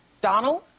Donald